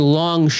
long